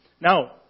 Now